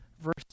verse